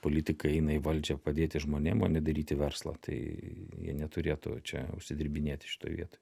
politikai eina į valdžią padėti žmonėm o ne daryti verslą tai jie neturėtų čia užsidirbinėti šitoj vietoj